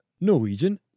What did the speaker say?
Norwegian